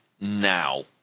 now